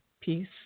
peace